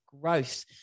growth